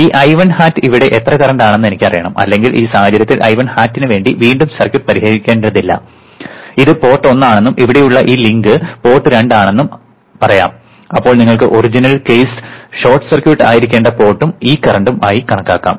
ഈ I1 hat ഇവിടെ എത്ര കറന്റ് ആണെന്ന് എനിക്കറിയണം അല്ലെങ്കിൽ ഈ സാഹചര്യത്തിൽ I1 hat നു വേണ്ടി വീണ്ടും സർക്യൂട്ട് പരിഹരിക്കേണ്ടതില്ല ഇത് പോർട്ട് ഒന്ന് ആണെന്നും ഇവിടെയുള്ള ഈ ലിങ്ക് പോർട്ട് രണ്ട് ആണെന്നും പറയാം അപ്പോൾ നിങ്ങൾക്ക് ഒറിജിനൽ കെയ്സ് ഷോർട്ട് സർക്യൂട്ട് ആയിരിക്കേണ്ട പോർട്ടും ഈ കറന്റും ആയി കണക്കാക്കാം